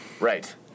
Right